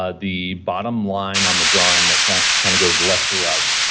ah the bottom line on the drawing that kind kind of goes left to right,